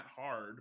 hard